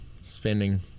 spending